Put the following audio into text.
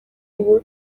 ubu